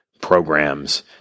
programs